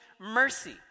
mercy